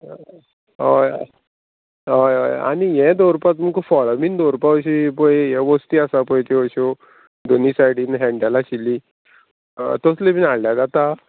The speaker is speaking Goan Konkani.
हय हय आनी हे दवरपा तुमकां फळां बीन दवरपा अशी पय हे वस्ती आसा पय त्यो अश्यो दोनी सायडीन हँडल आशिल्ली आं तसल्यो बीन हाडल्या जाता